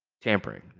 Tampering